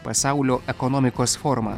pasaulio ekonomikos forumą